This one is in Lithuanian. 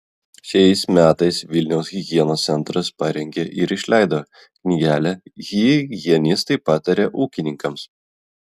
šiais metais vilniaus higienos centras parengė ir išleido knygelę higienistai pataria ūkininkams